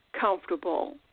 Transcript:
comfortable